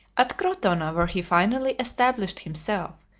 at crotona, where he finally established himself,